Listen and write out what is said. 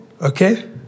okay